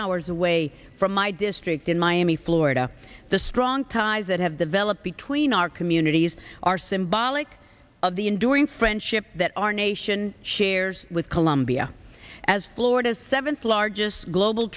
hours away from my district in miami florida the strong ties that have developed between our communities are symbolic of the enduring friendship that our nation shares with colombia as florida's seventh largest global